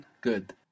Good